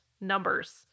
numbers